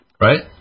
right